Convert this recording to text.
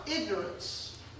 Ignorance